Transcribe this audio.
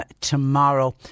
tomorrow